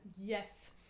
yes